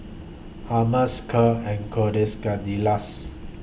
Hummus Kheer and Quesadillas